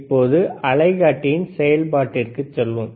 இப்போது அலைக்காட்டியின் செயல்பாட்டிற்கு செல்வோம்